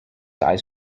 eyes